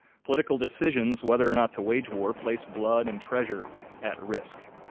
political decisions whether or not to wage war place blood and treasure at risk.